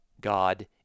god